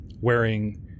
wearing